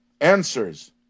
answers